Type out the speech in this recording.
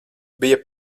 bija